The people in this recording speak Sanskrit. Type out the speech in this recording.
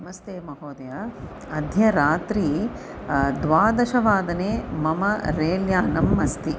नमस्ते महोदय अद्य रात्रौ द्वादशवादने मम रेल्यानम् अस्ति